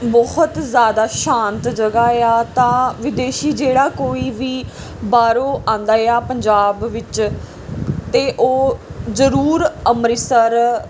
ਬਹੁਤ ਜ਼ਿਆਦਾ ਸ਼ਾਂਤ ਜਗ੍ਹਾ ਆ ਤਾਂ ਵਿਦੇਸ਼ੀ ਜਿਹੜਾ ਕੋਈ ਵੀ ਬਾਹਰੋਂ ਆਉਂਦਾ ਆ ਪੰਜਾਬ ਵਿੱਚ ਤਾਂ ਉਹ ਜ਼ਰੂਰ ਅੰਮ੍ਰਿਤਸਰ